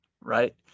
right